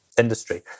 industry